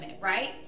right